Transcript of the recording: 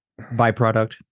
Byproduct